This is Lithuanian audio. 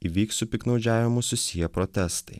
įvyks su piktnaudžiavimu susiję protestai